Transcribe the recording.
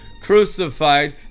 crucified